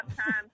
time